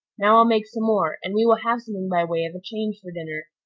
now i'll make some more, and we will have something by way of a change for dinner.